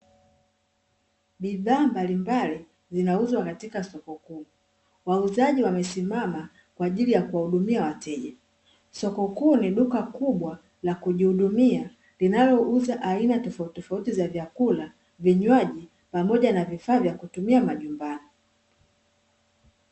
Bidhaa mbalimbali zinauzwa katika soko kuu. Wauzaji wamesimama kwa ajili ya kuwahudumia wateja. Soko kuu ni duka kubwa la kujihudumia linalouza aina tofautitofauti za vyakula, vinywaji, pamoja na vifaa vya kutumia majumbani.